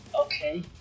Okay